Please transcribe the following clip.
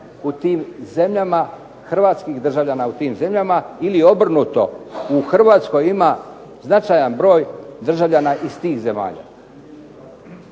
što je jako puno hrvatski državljana u tim zemljama ili obrnuto, u Hrvatskoj ima značajan broj državljana iz tih zemalja.